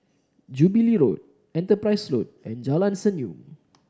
Jubilee Road Enterprise Road and Jalan Senyum